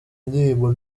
indirimbo